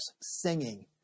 singing